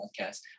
podcast